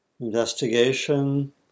investigation